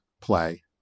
play